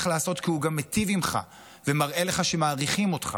לעשות כי הוא גם מיטיב עימך ומראה לך שמעריכים אותך.